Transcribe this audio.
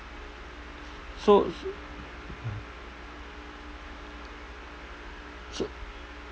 so s~ so